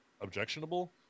objectionable